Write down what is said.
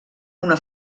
una